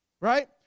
right